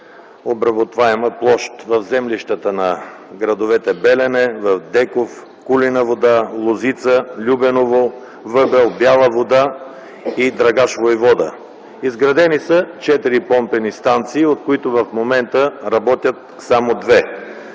обработваема площ в землищата на градовете Белене, Деков, Кулина вода, Лозица, Любеново, Въбел, Бяла вода и Драгаш войвода. Изградени са четири помпени станции, от които в момента работят само